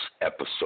episode